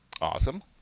Awesome